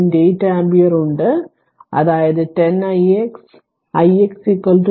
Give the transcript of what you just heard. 8 ampere ഉണ്ട് അതായത് 10 ix ix 3